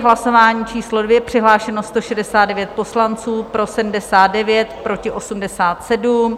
Hlasování číslo 2, přihlášeno 169 poslanců, pro 79, proti 87.